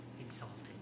exalted